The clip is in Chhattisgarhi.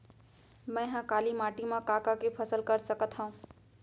मै ह काली माटी मा का का के फसल कर सकत हव?